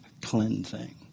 cleansing